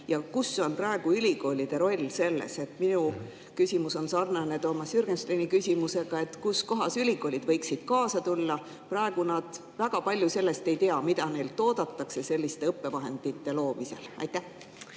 ja kus on praegu ülikoolide roll selles? Minu küsimus on sarnane Toomas Jürgensteini küsimusega, et kus kohas ülikoolid võiksid kaasa tulla. Praegu nad väga palju sellest ei tea, mida neilt oodatakse selliste õppevahendite loomisel. Austatud